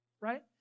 right